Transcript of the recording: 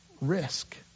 risk